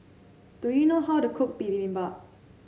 do you know how to cook Bibimbap